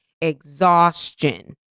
exhaustion